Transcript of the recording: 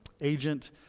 agent